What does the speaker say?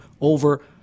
over